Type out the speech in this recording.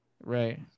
Right